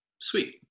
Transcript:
sweet